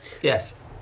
Yes